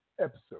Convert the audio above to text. episode